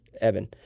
Evan